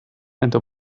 into